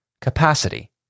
capacity